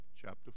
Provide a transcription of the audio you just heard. chapter